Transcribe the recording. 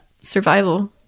survival